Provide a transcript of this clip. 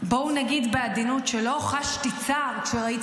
בואו נגיד בעדינות שלא חשתי צער כשראיתי